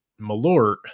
Malort